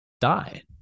Die